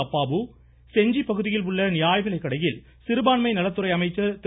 அப்பாவு செஞ்சி பகுதியிலுள்ள நியாயவிலைக்கடையில் சிறுபான்மை நலத்துறை அமைச்சர் திரு